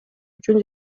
үчүн